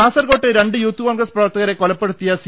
കാസർകോട് രണ്ടു യൂത്ത് കോൺഗ്രസ് പ്രവർത്തകരെ കൊലപ്പെ ടുത്തിയ സി